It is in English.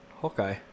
Hawkeye